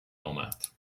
آمد